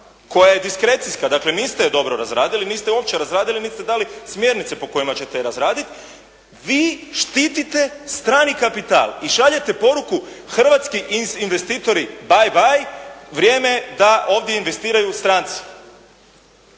koja je diskrecijska, dakle niste je dobro razradili, niste je uopće razradili niti ste dali smjernice po kojima ćete je razraditi, vi štitite strani kapital i šaljete poruku hrvatski investitori baj, baj, vrijeme je da ovdje investiraju stranci.